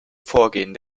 vorgehen